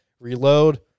Reload